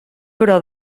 però